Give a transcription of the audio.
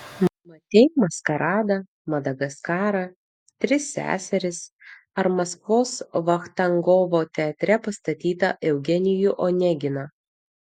matei maskaradą madagaskarą tris seseris ar maskvos vachtangovo teatre pastatytą eugenijų oneginą